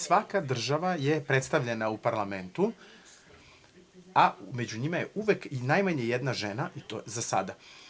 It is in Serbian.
Svaka država je predstavljena u parlamentu, a među njima je uvek i najmanje jedna žena, i to za sada.